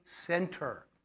center